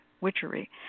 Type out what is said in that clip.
Witchery